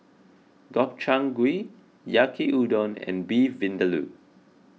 Gobchang Gui Yaki Udon and Beef Vindaloo